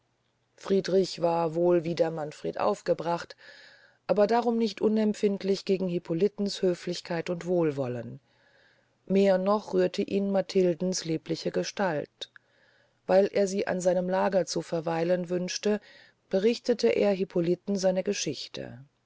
friedrich war wohl wider manfred aufgebracht aber darum nicht unempfindlich gegen hippolitens höflichkeit und wohlwollen mehr noch rührte ihn matildens liebliche gestalt weil er sie an seinem lager zu verweilen wünschte berichtete er hippoliten seine geschichte